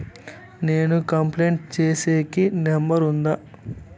నేను కంప్లైంట్ సేసేకి నెంబర్ ఉందా?